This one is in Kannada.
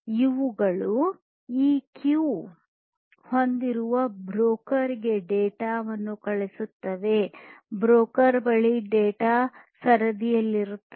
ಇವುಗಳು ಈ ಕ್ಯೂ ಹೊಂದಿರುವ ಬ್ರೋಕರ್ ಗೆ ಡೇಟಾ ವನ್ನು ಕಳುಹಿಸುತ್ತವೆ ಬ್ರೋಕರ್ ಬಳಿ ಡೇಟಾ ಸರದಿಯಲ್ಲಿತ್ತದೆ